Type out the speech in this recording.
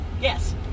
Yes